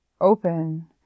open